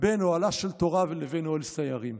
בין אוהלה של תורה לבין אוהל סיירים.